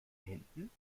händen